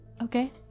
okay